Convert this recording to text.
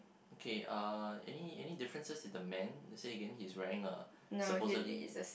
okay uh any any differences in the man say again he's wearing a supposedly